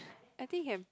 I think can